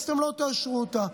אז אתם לא תאשרו אותה.